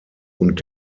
und